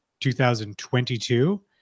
2022